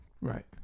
Right